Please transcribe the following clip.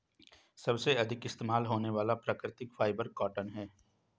सबसे अधिक इस्तेमाल होने वाला प्राकृतिक फ़ाइबर कॉटन है